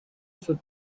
سوت